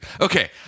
Okay